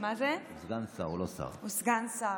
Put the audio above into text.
הוא סגן שר.